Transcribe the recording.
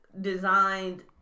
designed